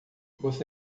você